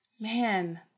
Man